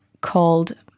called